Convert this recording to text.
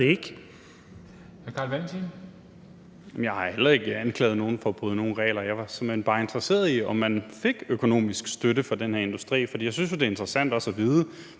Jeg har heller ikke anklaget nogen for at bryde nogen regler. Jeg var simpelt hen bare interesseret i, om man fik økonomisk støtte fra den her industri, for jeg synes jo, det er interessant også at vide,